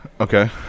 Okay